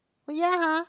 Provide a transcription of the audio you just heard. oh ya !huh!